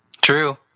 True